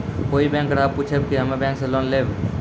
कोई बैंक ग्राहक पुछेब की हम्मे बैंक से लोन लेबऽ?